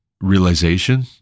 realization